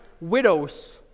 widows